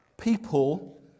people